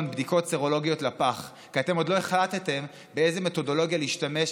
בדיקות סרולוגיות לפח כי אתם עוד לא החלטתם באיזו מתודולוגיה להשתמש,